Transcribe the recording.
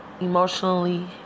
emotionally